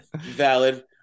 valid